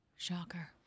Shocker